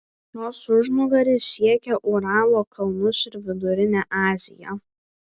jos užnugaris siekia uralo kalnus ir vidurinę aziją